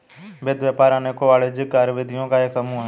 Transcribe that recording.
वित्त व्यापार अनेकों वाणिज्यिक कार्यविधियों का एक समूह है